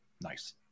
nice